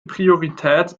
priorität